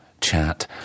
chat